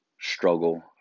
struggle